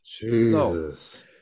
Jesus